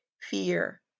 fear